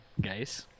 guys